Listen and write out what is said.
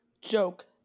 joke